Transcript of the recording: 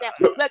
Look